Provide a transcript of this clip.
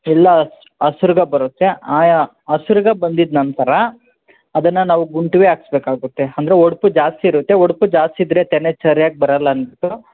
ಇಲ್ಲ ಹಸ್ರಗ ಬರುತ್ತೆ ಹಸ್ರಗ ಬಂದಿದ್ದ ನಂತರ ಅದನ್ನು ನಾವು ಗುಂಟ್ವೇ ಹಾಕ್ಸ್ಬೇಕಾಗುತ್ತೆ ಅಂದರೆ ಒಡಪು ಜಾಸ್ತಿ ಇರುತ್ತೆ ಒಡಪು ಜಾಸ್ತಿ ಇದ್ದರೆ ತೆನೆ ಸರಿಯಾಗಿ ಬರಲ್ಲ ಅಂತ